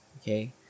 Okay